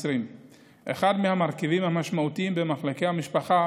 2020. אחד מהמרכיבים המשמעותיים במחלקי המשפחה